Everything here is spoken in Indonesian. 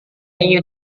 ingin